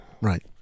Right